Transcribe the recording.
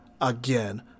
again